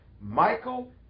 Michael